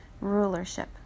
rulership